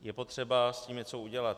Je potřeba s tím něco udělat.